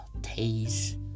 Taste